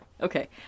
Okay